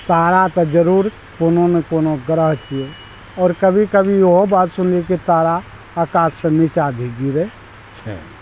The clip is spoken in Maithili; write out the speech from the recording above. तारा तऽ जरूर कोनो ने कोनो ग्रह छियै आओर कभी कभी इहो बात सुनलियै कि तारा आकाश से नीचा भी गिरै छै